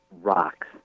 rocks